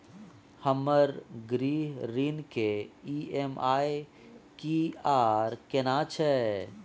हमर गृह ऋण के ई.एम.आई की आर केना छै?